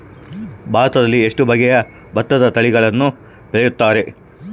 ಭಾರತದಲ್ಲಿ ಎಷ್ಟು ಬಗೆಯ ಭತ್ತದ ತಳಿಗಳನ್ನು ಬೆಳೆಯುತ್ತಾರೆ?